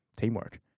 teamwork